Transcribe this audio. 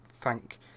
thank